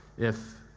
if